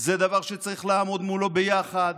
זה דבר שצריך לעמוד מולו ביחד.